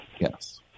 Yes